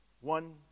One